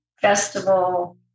festival